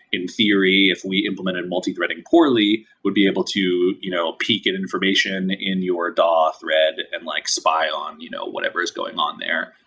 in theory, if we implemented multithreading poorly, would be able to you know peek and information in your daw thread and like spy on you know whatever's going on there.